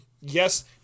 yes